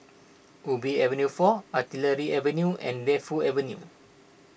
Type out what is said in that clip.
Ubi Avenue four Artillery Avenue and Defu Avenue